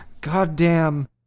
goddamn